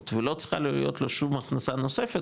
ולא צריכה להיות לו שום הכנסה נוספת,